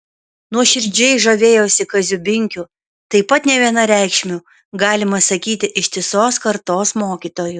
nuoširdžiai žavėjosi kaziu binkiu taip pat nevienareikšmiu galima sakyti ištisos kartos mokytoju